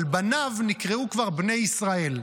אבל בניו נקראו כבר "בני ישראל".